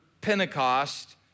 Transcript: Pentecost